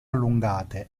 allungate